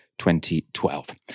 2012